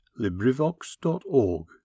LibriVox.org